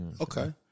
Okay